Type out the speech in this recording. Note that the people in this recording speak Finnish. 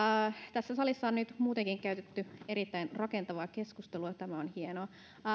tässä salissa on nyt muutenkin käyty erittäin rakentavaa keskustelua tämä on hienoa